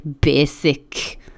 basic